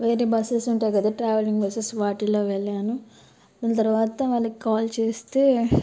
వేరే బస్సెస్ ఉంటాయి కదా ట్రావెలింగ్ బస్సెస్ వాటిలో వెళ్ళాను మరల తర్వాత వాళ్ళకి కాల్ చేస్తే